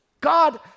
God